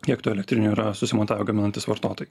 kiek tų elektrinių yra susimontavę gaminantys vartotojai